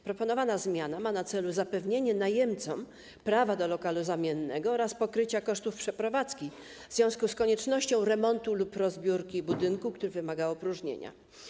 Proponowana zmiana ma na celu zapewnienie najemcom prawa do lokalu zamiennego oraz pokrycia kosztów przeprowadzki w związku z koniecznością remontu lub rozbiórki budynku, który wymaga opróżnienia.